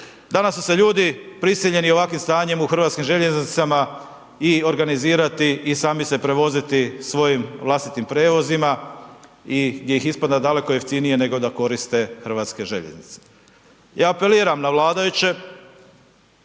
Danas su se ljudi prisiljeni ovakvim stanjem u HŽ-u i organizirati i sami se prevoziti svojim vlastitim prijevozima i gdje ih ispada daleko jeftinije nego da koriste HŽ. Ja apeliram na vladajuće,